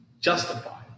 Justify